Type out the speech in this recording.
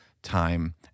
Time